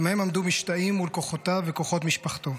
גם הם עמדו משתאים מול כוחותיו וכוחות משפחתו.